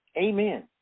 Amen